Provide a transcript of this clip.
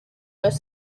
los